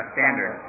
Standard